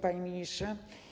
Panie Ministrze!